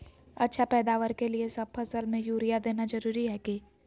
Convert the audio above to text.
अच्छा पैदावार के लिए सब फसल में यूरिया देना जरुरी है की?